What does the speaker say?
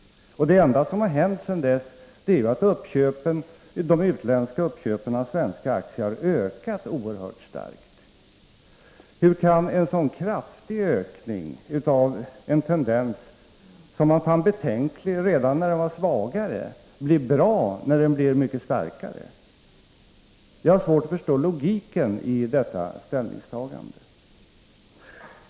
Men det enda som har hänt sedan dess är att de utländska uppköpen av svenska aktier har ökat oerhört starkt. Hur kan en så kraftig ökning av en tendens, som man fann betänklig redan när den var svagare, bli bra när den blir mycket starkare? Jag har svårt att förstå logiken i detta ställningstagande.